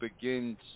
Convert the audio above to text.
begins